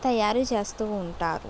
తయారు చేస్తూ ఉంటారు